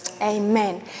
Amen